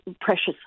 precious